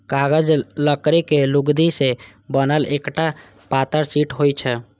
कागज लकड़ी के लुगदी सं बनल एकटा पातर शीट होइ छै